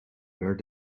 where